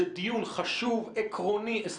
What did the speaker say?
זה דיון חשוב, עקרוני, אסטרטגי.